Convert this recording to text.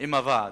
עם הוועד.